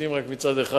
שמדפיסים משני צדדים,